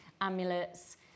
amulets